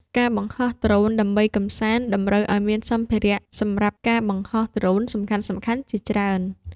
ការបង្ហោះដ្រូនដើម្បីកម្សាន្ត តម្រូវឲ្យមានសម្ភារៈសម្រាប់ការបង្ហោះដ្រូនសំខាន់ៗជាច្រើន។